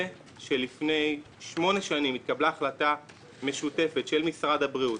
לפני שמונה שנים התקבלה החלטה משותפת של משרד הבריאות,